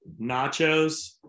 Nachos